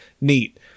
Neat